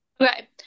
Okay